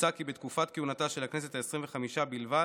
מוצע כי בתקופת כהונתה של הכנסת העשרים-וחמש בלבד